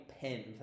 pen